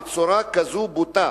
בצורה כזאת בוטה,